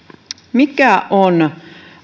mikä on